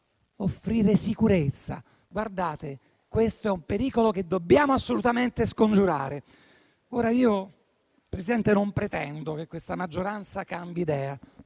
e sicurezza. Questo è un pericolo che dobbiamo assolutamente scongiurare. Presidente, io non pretendo che questa maggioranza cambi idea.